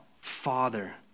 Father